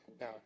Now